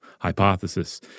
hypothesis